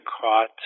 caught